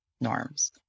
norms